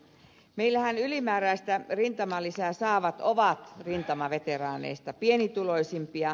meillähän ylimääräistä rintamalisää saavat ovat rintamaveteraaneista pienituloisimpia